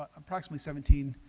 approximately seventeen